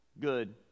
good